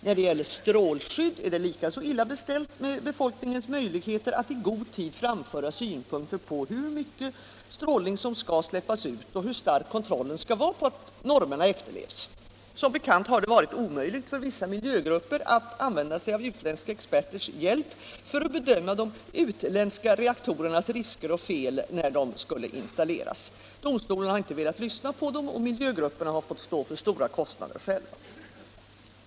När det gäller strålskydd är det också illa beställt med befolkningens möjligheter att i god tid framföra synpunkter på hur mycket strålning som skall släppas ut och hur stark kontrollen skall vara på att normerna efterlevs. Som bekant har det varit omöjligt för vissa miljögrupper att använda sig av utländska experters hjälp för att bedöma de utländska reaktorernas risker och fel när de skall installeras i Ringhals. Domstolen har inte velat lyssna på dem, och miljögrupperna har fått stå för stora kostnader själva.